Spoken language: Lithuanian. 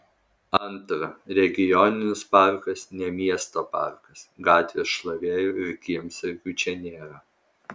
antra regioninis parkas ne miesto parkas gatvės šlavėjų ir kiemsargių čia nėra